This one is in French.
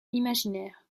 imaginaire